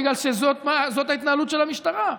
בגלל שזאת ההתנהלות של המשטרה.